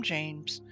James